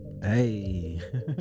Hey